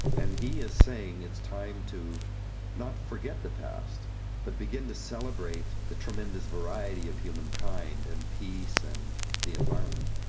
and he is saying it's time to not forget the past but begin to celebrate the tremendous variety of humankind and peace and the environment,